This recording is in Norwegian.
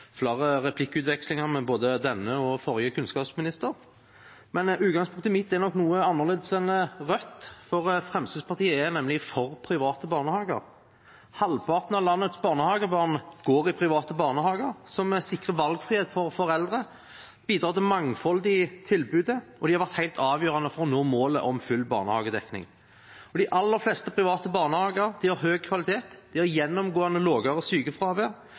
flere replikkutvekslinger med både denne og forrige kunnskapsminister. Men utgangspunktet mitt er nok noe annerledes enn for Rødt, for Fremskrittspartiet er nemlig for private barnehager. Halvparten av landets barnehagebarn går i private barnehager, som sikrer valgfrihet for foreldre, bidrar til mangfold i tilbudet, og de har vært helt avgjørende for å nå målet om full barnehagedekning. De aller fleste private barnehager har høy kvalitet. De har gjennomgående lavere sykefravær, de drives effektivt, og